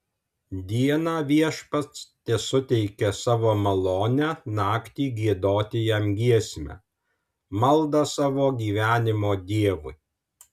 dieną viešpats tesuteikia savo malonę naktį giedoti jam giesmę maldą savo gyvenimo dievui